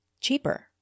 cheaper